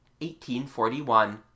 1841